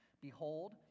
Behold